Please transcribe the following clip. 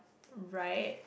right